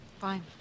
Fine